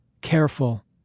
Careful